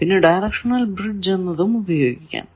പിന്നെ directional bridge എന്നതും ഉപയോഗിക്കും